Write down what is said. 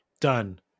Done